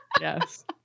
Yes